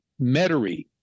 Metairie